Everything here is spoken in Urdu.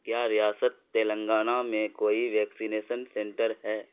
کیا ریاست تلنگانہ میں کوئی ویکسینیشن سنٹر ہے